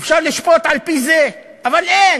אפשר לשפוט על-פי זה, אבל אין.